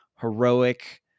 heroic